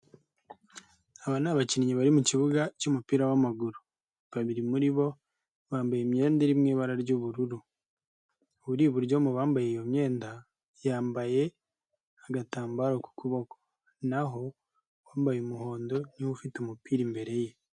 Aba n'abakinnyi bari mu kibuga cy'umupira w'amaguru, babiri muri bo bambaye imyenda iri mu ibara ry'ubururu, uri iburyo yambaye iyo myenda yambaye agatambaro ku kuboko, n'aho uwambaye umuhondo niwe ufite umupira imbere ye.